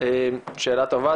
שאלה טובה.